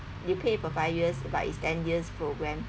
you pay for five years but it's ten years program